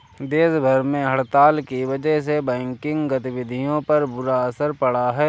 देश भर में हड़ताल की वजह से बैंकिंग गतिविधियों पर बुरा असर पड़ा है